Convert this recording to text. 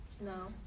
No